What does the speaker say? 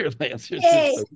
Hey